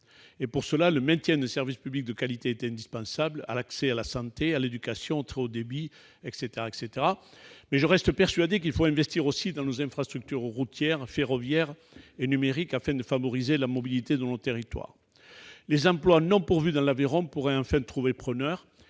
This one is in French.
Pour cela, le maintien d'un service public de qualité est indispensable- je pense notamment à l'accès à la santé, à l'éducation et au très haut débit. Je reste persuadé qu'il faut investir aussi dans nos infrastructures routières, ferroviaires et numériques afin de favoriser la mobilité sur nos territoires. Les emplois non pourvus dans l'Aveyron pourraient enfin trouver preneur